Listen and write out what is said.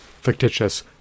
fictitious